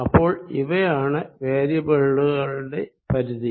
അപ്പോൾ ഇവയാണ് വേരിയബിളൂകളുടെ പരിധി